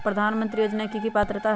प्रधानमंत्री योजना के की की पात्रता है?